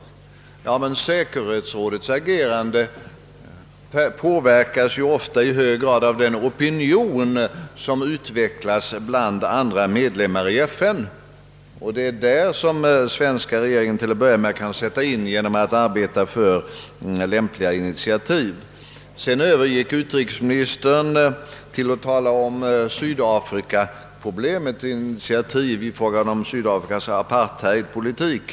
Ja, men säkerhetsrådets agerande påverkas ofta i hög grad av den opinion som utvecklas bland andra medlemmar i FN, och det är där som den svenska regeringen till att börja med skulle kunna sätta in sina krafter genom att arbeta för lämpliga initiativ. Därefter övergick utrikesministern till att tala om sydafrikaproblemet och om initiativ beträffande Sydafrikas apartheidpolitik.